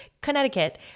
Connecticut